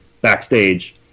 backstage